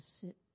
sit